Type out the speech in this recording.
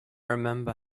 remember